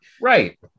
Right